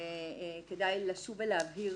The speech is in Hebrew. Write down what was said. כדאי לשוב ולהבהיר